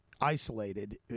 isolated